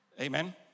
Amen